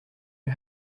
you